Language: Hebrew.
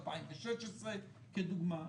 2016 לדוגמה.